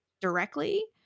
directly